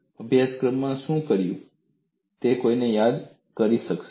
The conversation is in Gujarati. તમે અભ્યાસક્રમમાં શું કર્યું છે તે કોઈ યાદ કરી શકે